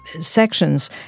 sections